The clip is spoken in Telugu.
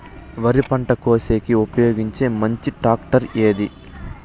వరి పంట కోసేకి ఉపయోగించే మంచి టాక్టర్ ఏది?